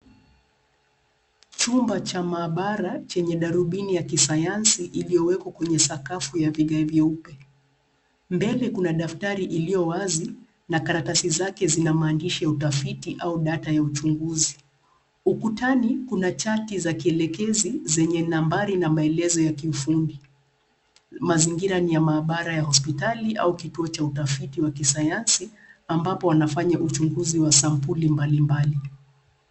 Chumba cha maabara chenye darubini ya kisayansi iliyowekwa kwenye sakafu ya vigae vyeupe. Mbele kuna daftari iliyo wazi na karatasi zake zina maandishi ya utafiti au data ya uchunguzi. Ukutani kuna chati za kielekezi zenye nambari na maelezo ya kiufundi. Mazingira ni ya maabara ya hospitali au kituo cha utafiti wa kisayansi ambapo wanafanya uchunguzi wa sampuli mbalimbali.